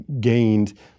gained